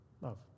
love